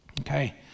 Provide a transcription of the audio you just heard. Okay